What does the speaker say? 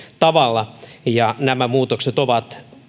tavalla nämä muutokset ovat